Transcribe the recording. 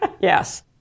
Yes